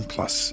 Plus